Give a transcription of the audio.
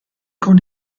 con